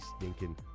stinking